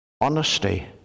honesty